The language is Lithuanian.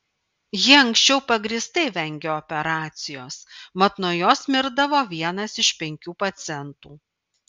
ji anksčiau pagrįstai vengė operacijos mat nuo jos mirdavo vienas iš penkių pacientų